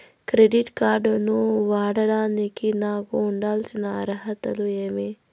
Credit card ను వాడేదానికి నాకు ఉండాల్సిన అర్హతలు ఏమి?